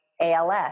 ALS